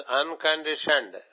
unconditioned